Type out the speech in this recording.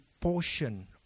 portion